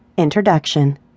Introduction